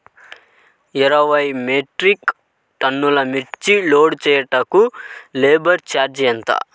ఇరవై మెట్రిక్ టన్నులు మిర్చి లోడ్ చేయుటకు లేబర్ ఛార్జ్ ఎంత?